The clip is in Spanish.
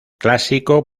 clásico